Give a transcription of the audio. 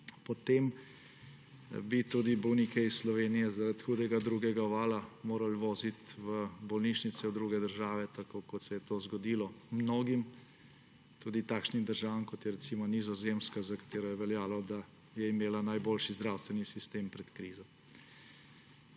potem bi tudi bolnike iz Slovenije zaradi hudega drugega vala morali voziti v bolnišnice v druge države. Tako kot se je to zgodilo mnogim, tudi takšnim državam, kot je, recimo Nizozemska, za katero je veljalo, da je imela najboljši zdravstveni sistem pred krizo.